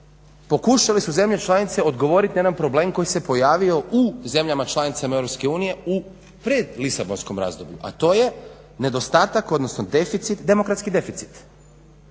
pokušale su zemlje članice odgovorit na jedan problem koji se pojavio u zemljama članicama EU u predlisabonskom razdoblju a to je nedostatak, odnosno deficit, demografski deficit.